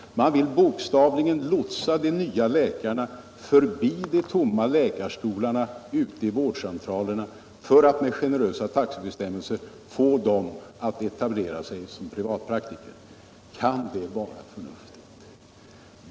Man vill bokstavligen talat lotsa de nya läkarna förbi de tomma läkarstolarna i vårdcentralerna för att med generösa taxebestämmelser få dem att etablera sig som privatpraktiker. Kan det vara förnuftigt?